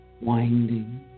winding